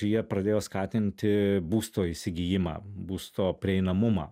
jie pradėjo skatinti būsto įsigijimą būsto prieinamumą